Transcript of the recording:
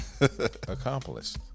accomplished